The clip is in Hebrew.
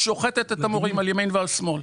שוחטת את המורים עם ימין ועל שמאל.